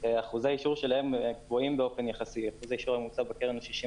2020 החצי הראשון של השנה היא